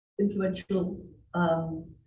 influential